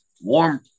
warm